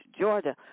Georgia